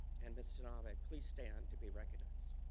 and mr. nava please stand to be recognized